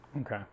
Okay